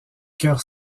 cœur